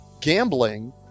gambling